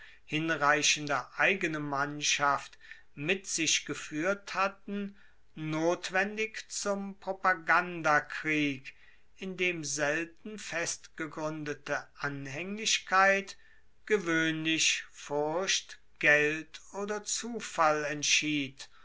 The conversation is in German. hinreichende eigene mannschaft mit sich gefuehrt hatten notwendig zum propagandakrieg in dem selten festgegruendete anhaenglichkeit gewoehnlich furcht geld oder zufall entschied